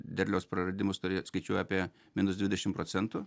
derliaus praradimus turi skaičiuoja apie minus dvidešim procentų